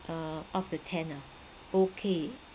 okay uh off the ten ah